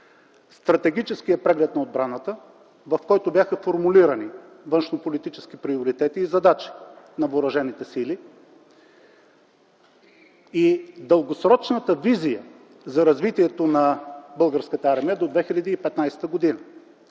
Стратегическият преглед на отбраната, в който бяха формулирани външнополитически приоритети и задачи на въоръжените сили, и Дългосрочната визия за развитието на българската армия до 2015 г.